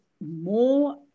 more